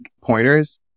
pointers